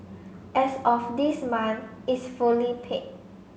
as of this month is fully paid